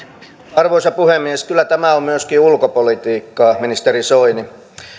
arvoisa puhemies kyllä tämä on myöskin ulkopolitiikkaa ministeri soini